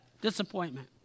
disappointment